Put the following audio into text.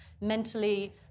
mentally